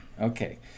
okay